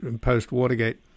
post-Watergate